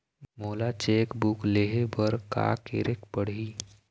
मोला cheque book लेहे बर का केरेक पढ़ही?